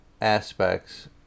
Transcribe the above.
aspects